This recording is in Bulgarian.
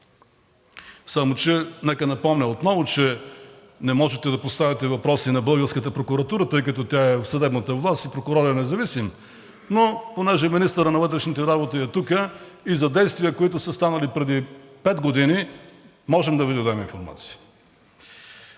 Само че нека напомня отново, че не можете да поставяте въпроси на българската прокуратура, тъй като тя е в съдебната власт и прокурорът е независим, но понеже министърът на вътрешните работи е тук, и за действия, които са станали преди пет години, можем да Ви дадем информация.